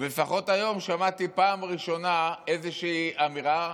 ולפחות היום שמעתי פעם ראשונה איזושהי אמירה,